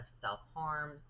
self-harm